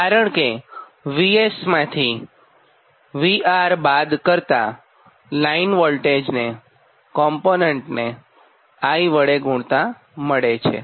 કારણ કે VS માંથી VR બાદ કરતાં લાઇન વોલ્ટેજ આ કોમ્પોનન્ટસને I વડે ગુણતાં મળે છે